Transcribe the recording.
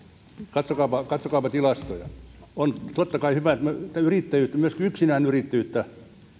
katsokaapa katsokaapa tilastoja on totta kai hyvä että yrittäjyyttä myös yksinyrittäjyyttä